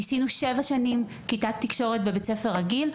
ניסינו שבע שנים כיתת תקשורת בבית ספר רגיל,